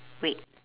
red